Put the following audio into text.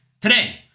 Today